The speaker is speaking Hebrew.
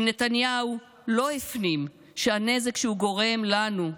אם נתניהו לא הפנים שהנזק שהוא גורם לנו,